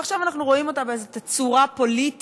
ועכשיו אנחנו רואים אותה באיזה תצורה פוליטית